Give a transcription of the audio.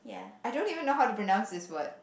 I don't even know how to pronounce this word